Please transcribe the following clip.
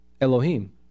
Elohim